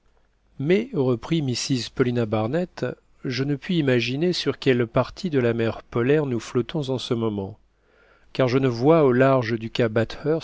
mais reprit mrs paulina barnett je ne puis imaginer sur quelle partie de la mer polaire nous flottons en ce moment car je ne vois au large du